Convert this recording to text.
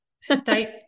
state